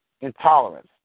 intolerance